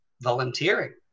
volunteering